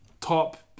top